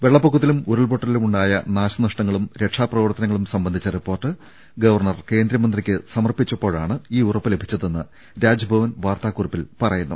വെള്ളപ്പൊക്കത്തിലും ഉരുൾപൊട്ടലിലും ഉണ്ടായ നാശ നഷ്ടങ്ങളും രക്ഷാപ്രവർത്തനങ്ങളും സംബന്ധിച്ച റിപ്പോർട്ട് ഗവർണർ കേന്ദ്രമന്ത്രിക്ക് സമർപ്പിച്ചപ്പോഴാണ് ഈ ഉറപ്പ് ലഭിച്ചതെന്ന് രാജ്ഭവൻ വാർത്താ കുറിപ്പിൽ പറയുന്നു